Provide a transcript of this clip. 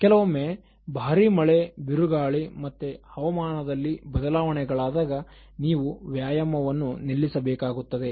ಕೆಲವೊಮ್ಮೆ ಭಾರಿ ಮಳೆ ಬಿರುಗಾಳಿ ಮತ್ತೆ ಹವಾಮಾನದಲ್ಲಿ ಬದಲಾವಣೆಗಳಾದಾಗ ನೀವು ವ್ಯಾಯಾಮವನ್ನುನಿಲ್ಲಿಸಬೇಕಾಗುತ್ತದೆ